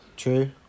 True